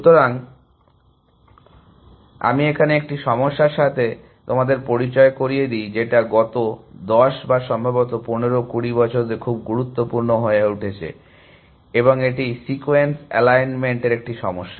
সুতরাং আমি এখানে একটি সমস্যার সাথে পরিচয় করিয়ে দেই যেটা গত 10 বা সম্ভবত 15 20 বছরে খুব গুরুত্বপূর্ণ হয়ে উঠেছে এবং এটি সিকোয়েন্স এলাইনমেন্ট একটি সমস্যা